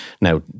Now